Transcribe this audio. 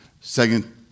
Second